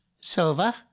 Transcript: silver